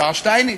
השר שטייניץ.